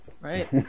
Right